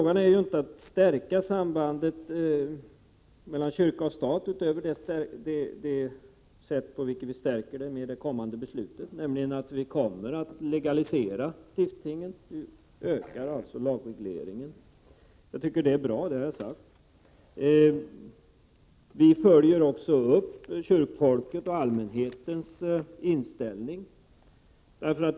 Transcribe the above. Det är ju inte fråga om att stärka sambandet mellan kyrka och stat utöver det sätt på vilket vi stärker det med det kommande beslutet, nämligen att vi legaliserar stiftstingen. Vi ökar alltså lagregleringen. Jag tycker att det är bra, och det har jag sagt. Vi följer också upp kyrkfolkets och allmänhetens inställning.